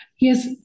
Yes